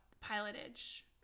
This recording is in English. pilotage